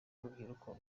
urubyiruko